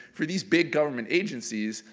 for these big government agencies,